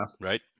Right